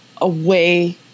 away